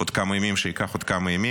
עוד כמה ימים, שייקח עוד כמה ימים.